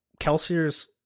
Kelsier's